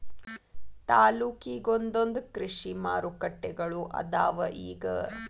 ತಾಲ್ಲೂಕಿಗೊಂದೊಂದ ಕೃಷಿ ಮಾರುಕಟ್ಟೆಗಳು ಅದಾವ ಇಗ